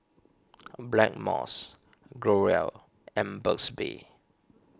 Blackmores Growell and Burt's Bee